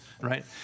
Right